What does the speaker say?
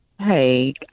Hey